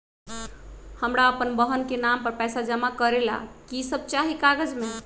हमरा अपन बहन के नाम पर पैसा जमा करे ला कि सब चाहि कागज मे?